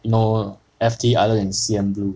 you know F_T island and C_N blue